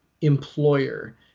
employer